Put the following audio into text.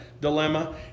dilemma